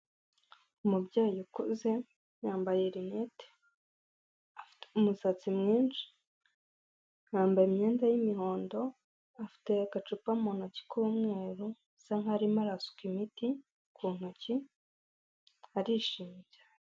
Umubyeyi ukuze yambaye rinete afite umusatsi mwinshi yambaye imyenda y'imihondo afite agacupa mu ntoki k'umweru asa nk'aho ari arasuka imiti ku ntoki arishimye cyane.